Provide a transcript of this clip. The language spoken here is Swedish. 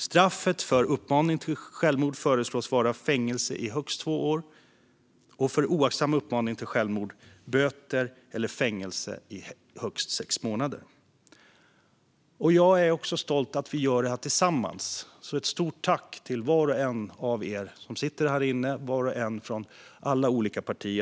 Straffet för uppmaning till självmord föreslås vara fängelse i högst två år och för oaktsam uppmaning till självmord böter eller fängelse i högst sex månader. Jag är också stolt över att vi gör det här tillsammans, så ett stort tack till var och en av er som sitter här inne från alla olika partier!